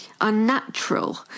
unnatural